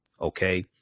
Okay